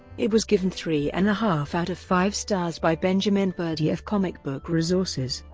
it was given three and a half out of five stars by benjamin birdie of comic book resources.